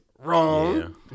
Wrong